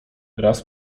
raz